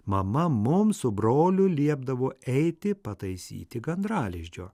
mama mum su broliu liepdavo eiti pataisyti gandralizdžio